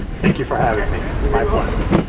thank you for having me, it's my pleasure.